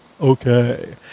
Okay